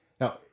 Now